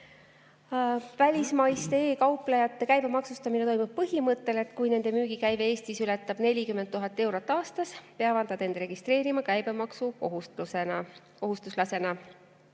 Välismaiste e‑kauplejate käibemaksustamine toimub põhimõttel, et kui nende müügikäive Eestis ületab 40 000 eurot aastas, peavad nad end registreerima käibemaksukohustuslasena.